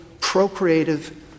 procreative